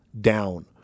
down